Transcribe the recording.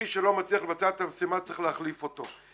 מי שלא מצליח לבצע את המשימה, צריך להחליף אותו.